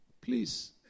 Please